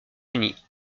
unis